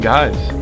Guys